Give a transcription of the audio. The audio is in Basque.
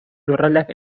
lurraldeak